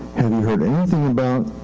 have you heard anything about